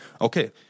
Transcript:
okay